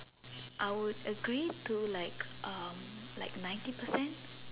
I would agree to like um like ninety percent